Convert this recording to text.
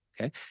okay